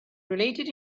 related